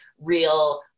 real